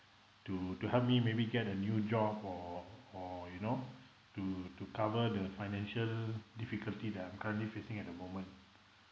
to to help me maybe get a new job or or you know to to cover the financial difficulties that I'm currently facing at the moment